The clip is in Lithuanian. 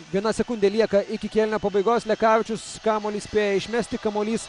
viena sekundė lieka iki kėlinio pabaigos lekavičius kamuolį spėja išmesti kamuolys